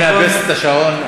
אני מאפס את השעון,